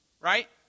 Right